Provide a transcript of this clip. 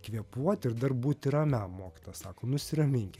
kvėpuoti ir dar būti ramiam mokytojas sako nusiramink